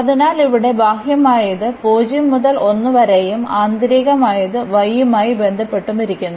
അതിനാൽ ഇവിടെ ബാഹ്യമായത് 0 മുതൽ 1 വരെയും ആന്തരികമായത് y യുമായി ബന്ധപ്പെട്ടിരിക്കുന്നു